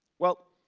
well,